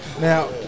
now